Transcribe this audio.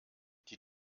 die